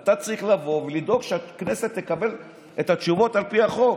אתה צריך לבוא ולדאוג שהכנסת תקבל את התשובות על פי החוק,